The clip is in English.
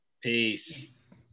peace